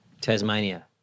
Tasmania